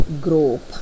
group